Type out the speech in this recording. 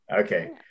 Okay